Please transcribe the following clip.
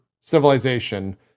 civilization